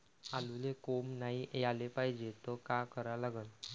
आलूले कोंब नाई याले पायजे त का करा लागन?